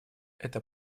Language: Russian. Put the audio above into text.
эта